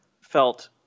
felt